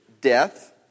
death